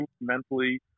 mentally